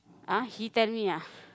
ah he tell me ah